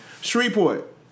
Shreveport